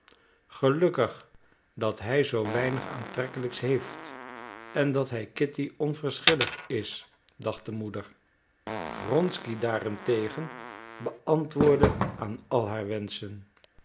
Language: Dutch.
gelukkig dat hij zoo wenig aantrekkelijks heeft en dat hij kitty onverschillig is dacht de moeder wronsky daarentegen beantwoordde aan al haar wenschen